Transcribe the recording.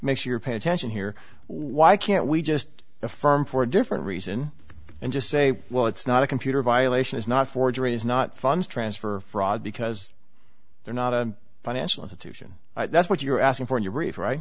makes your pay attention here why can't we just the firm for a different reason and just say well it's not a computer violation is not forgery is not funds transfer fraud because they're not a financial institution that's what you're asking for your bri